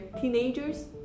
teenagers